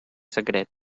secret